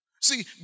See